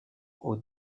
aux